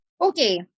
Okay